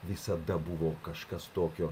visada buvo kažkas tokio